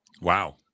Wow